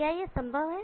क्या यह संभव है